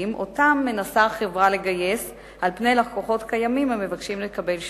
שאותם מנסה החברה לגייס על פני לקוחות קיימים המבקשים לקבל שירות.